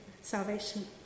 salvation